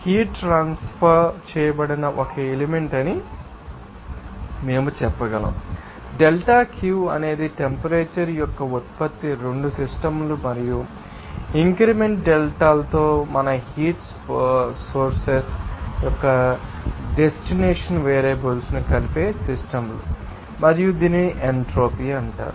heat transfer చేయబడిన ఒకఎలిమెంట్ అని మేము చెప్పగలం డెల్టా Q అనేది టెంపరేచర్ యొక్క ఉత్పత్తి రెండూ సిస్టమ్ మరియు ఇంక్రిమెంట్ డెల్టాతో మన హీట్ సోర్సెస్ యొక్క డెస్టినేషన్ వేరియబుల్స్ను కలిపే సిస్టమ్ లు మరియు దీనిని ఎంట్రోపీ అంటారు